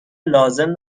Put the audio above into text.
لازم